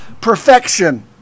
perfection